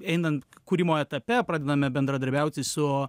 einant kūrimo etape pradedame bendradarbiauti su